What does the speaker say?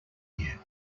year